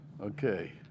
Okay